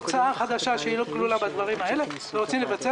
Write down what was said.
הוצאה חדשה שלא כלולה בדברים האלה ורוצים לבצע